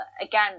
again